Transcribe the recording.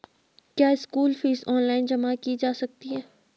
क्या school fees online जमा की जा सकती है?